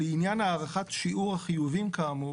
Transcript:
"לעניין הערכת שיעור החיובים כאמור,